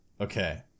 okay